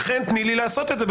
תני לי בבקשה לעשות את זה.